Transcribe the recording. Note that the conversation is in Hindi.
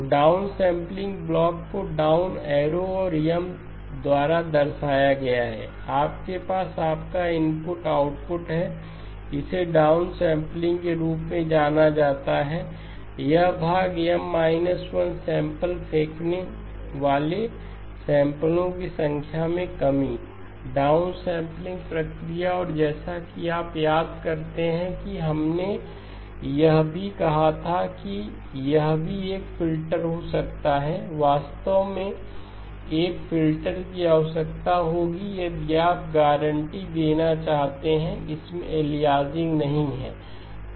तो डाउन सैंपलिंग ब्लॉक को डाउन एरो और M द्वारा दर्शाया गया है आपके पास आपका इनपुट आउटपुट है इसे डाउन सैंपलिंग के रूप में जाना जाता है यह भाग M 1 सैंपल फेंकने वाले सैंपलो की संख्या में कमी डाउन सैंपलिंग प्रक्रिया और जैसा कि आप याद करते हैं कि हमने यह भी कहा था कि यह भी एक फिल्टर हो सकता है वास्तव में एक फिल्टर की आवश्यकता होगी यदि आप गारंटीदेना चाहते हैं कि इसमें एलियाजिंग नहीं है